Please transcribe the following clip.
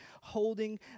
holding